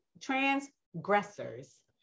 transgressors